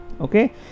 Okay